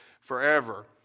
forever